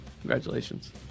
Congratulations